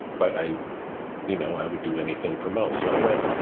but, i you know i would do anything for mo. so, i went,